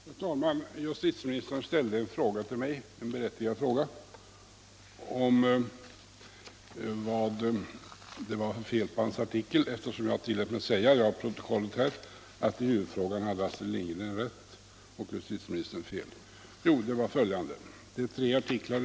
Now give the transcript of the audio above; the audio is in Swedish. Herr talman! Justitieministern ställde en fråga till mig — en berättigad fråga — om vad det var för fel på hans artikel, eftersom jag tillät mig säga, att Astrid Lindgren i huvudfrågan hade rätt och justitieministern fel. Jag vill då peka på följande. Det rör sig om tre artiklar.